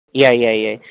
ꯌꯥꯏ ꯌꯥꯏ ꯌꯥꯏ